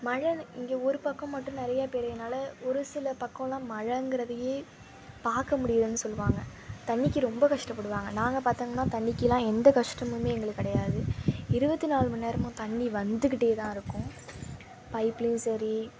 மழை இங்கே ஒரு பக்கம் மட்டும் நிறையா பெயிறதுனால ஒரு சில பக்கம்லாம் மழங்கிறதயே பார்க்க முடியலனு சொல்வாங்க தண்ணிக்கு ரொம்ப கஷ்டப்படுவாங்க நாங்கள் பாத்தோம்னா தண்ணிக்கெல்லாம் எந்த கஷ்டமும் எங்களுக்கு கிடையாது இருபத்தி நாலுமணி நேரமும் தண்ணி வந்துக்கிட்டேதான் இருக்கும் பைப்லேயும் சரி